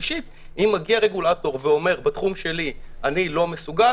השלישית אם מגיע רגולטור ואומר: בתחום שלי אני לא מסוגל,